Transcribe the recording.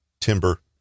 timber